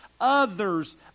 others